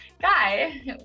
guy